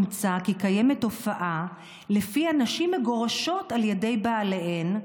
נמצא כי קיימת תופעה שלפיה נשים מגורשות על ידי בעליהן,